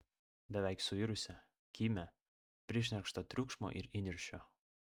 beveik suirusią kimią prišnerkštą triukšmo ir įniršio